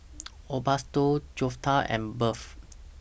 Osbaldo Jeptha and Bev